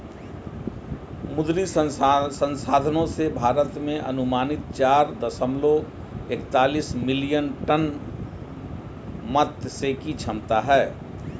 मुद्री संसाधनों से, भारत में अनुमानित चार दशमलव एकतालिश मिलियन टन मात्स्यिकी क्षमता है